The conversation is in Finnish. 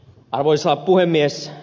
arvoisa puhemies